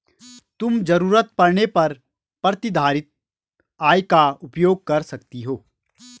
तुम ज़रूरत पड़ने पर प्रतिधारित आय का उपयोग कर सकती हो